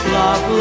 love